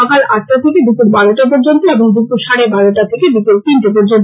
সকাল আটটা থেকে দুপুর বারোটা পর্যন্ত এবং দুপুর সাড়ে বারোটা থেকে বিকেল তিনটে পর্যন্ত